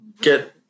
get